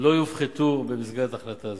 לא יופחתו במסגרת החלטה זו.